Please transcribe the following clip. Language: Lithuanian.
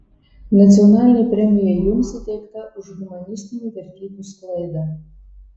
nacionalinė premija jums įteikta už humanistinių vertybių sklaidą